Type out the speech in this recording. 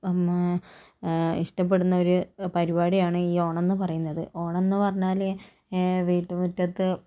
ഇഷ്ട്ടപ്പെടുന്ന ഒരു പരിപാടിയാണ് ഈ ഓണംന്ന് പറയുന്നത് ഓണമെന്ന് പറഞ്ഞാല് ഈ വീട്ട് മുറ്റത്ത്